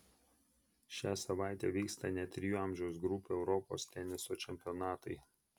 šią savaitę vyksta net trijų amžiaus grupių europos teniso čempionatai